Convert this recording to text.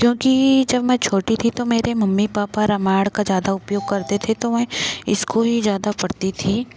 क्योंकि जब मैं छोटी थी तो मेरे मम्मी पापा रामायण का ज़्यादा उपयोग करते थे मैं इसको ही ज़्यादा पढ़ती थी